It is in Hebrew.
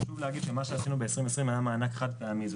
חשוב לומר שמה שעשינו ב-2020 היה מענק חד פעמי.